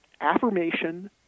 affirmation